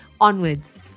onwards